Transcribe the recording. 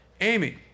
Amy